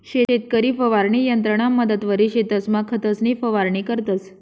शेतकरी फवारणी यंत्रना मदतवरी शेतसमा खतंसनी फवारणी करतंस